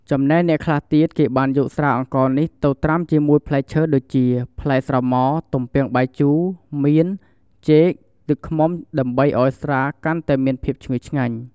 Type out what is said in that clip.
ចំណែកអ្នកខ្លះទៀតគេបានយកស្រាអង្ករនេះទៅត្រាំជាមួយផ្លែឈើដូចជា ផ្លែស្រម៉ ទំពាំងបាយជូរ មាន ចេក ទឹកឃ្មុំដើម្បីឲ្យស្រាកាន់តែមានភាពឈ្ងុយឆ្ងាញ់។